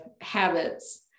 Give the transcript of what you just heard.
habits